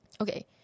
Okay